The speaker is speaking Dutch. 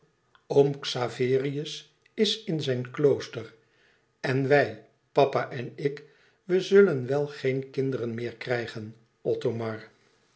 oom xaverius is in zijn klooster en wij papa en ik we zullen wel geen kinderen meer krijgen